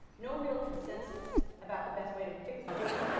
no real consensus about the best way to fix things.